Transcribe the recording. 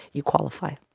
you qualify